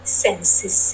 senses